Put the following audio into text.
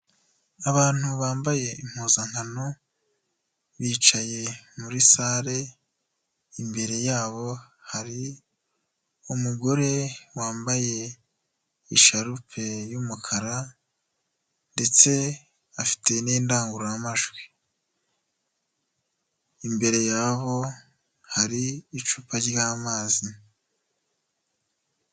Abantu bambaye impuzankano bicaye muri sale, imbere yabo hari umugore wambaye isharupe y'umukara ndetse afite n'indangururamajwi, imbere yaho hari icupa ry'amazi.